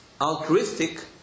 altruistic